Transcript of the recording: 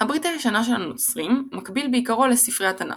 הברית הישנה של הנוצרים מקביל בעיקרו לספרי התנ"ך.